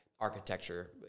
architecture